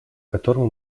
которому